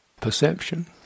Perception